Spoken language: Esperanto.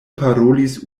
parolis